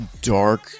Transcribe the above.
dark